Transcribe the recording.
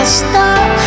stop